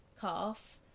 calf